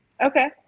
Okay